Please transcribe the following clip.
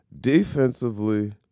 Defensively